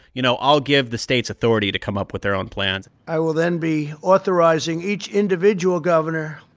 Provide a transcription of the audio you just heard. you know, i'll give the states authority to come up with their own plans i will then be authorizing each individual governor